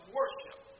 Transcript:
worship